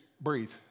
breathe